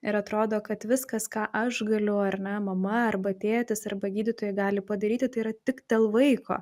ir atrodo kad viskas ką aš galiu ar ne mama arba tėtis arba gydytojai gali padaryti tai yra tik dėl vaiko